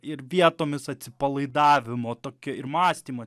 ir vietomis atsipalaidavimo tokio ir mąstymo